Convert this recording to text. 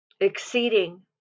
Exceeding